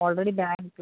already bank